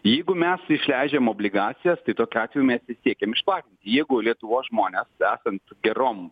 jeigu mes išleidžiam obligacijas tai tokiu atveju mes siekiam išplatinti jeigu lietuvos žmonės esant gerom